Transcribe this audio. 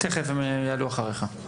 הם יעלו תיכף אחריך.